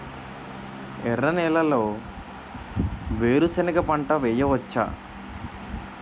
ఎర్ర నేలలో వేరుసెనగ పంట వెయ్యవచ్చా?